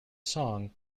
song